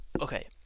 okay